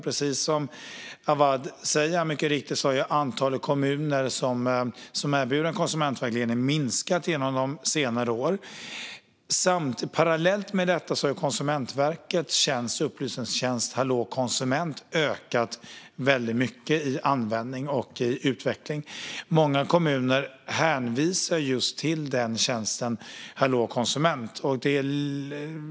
Precis som Awad mycket riktigt säger har antalet kommuner som erbjuder konsumentvägledning minskat under senare år. Parallellt med detta har Konsumentverkets upplysningstjänst Hallå konsument ökat väldigt mycket i användning och utveckling. Många kommuner hänvisar till just den tjänsten.